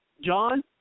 John